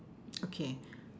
okay